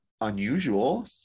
unusual